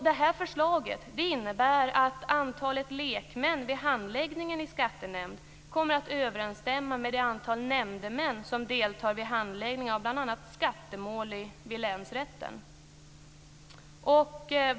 Det här förslaget innebär att antalet lekmän vid handläggningen i skattenämnd kommer att överensstämma med det antal nämndemän som deltar vid handläggning av bl.a. skattemål vid länsrätten.